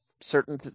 certain